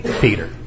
Peter